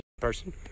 person